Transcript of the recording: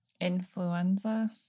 Influenza